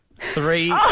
Three